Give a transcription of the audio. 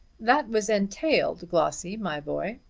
that was entailed, glossy, my boy.